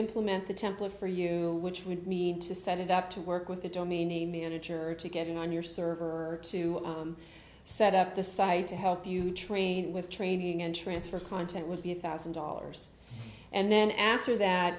implement the template for you which would need to set it up to work with a domain name manager to getting on your server or to set up the site to help you train with training and transfer content would be a thousand dollars and then after that